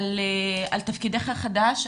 על תפקידך החדש.